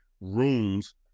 rooms